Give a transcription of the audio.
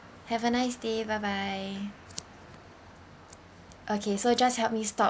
have a nice day bye bye okay so just help me stop